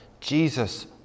Jesus